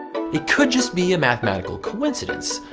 it could just be a mathematical coincidence.